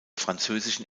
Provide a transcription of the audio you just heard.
französischen